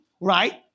right